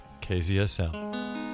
KZSM